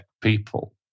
people